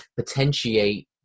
potentiate